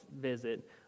visit